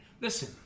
listen